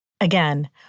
Again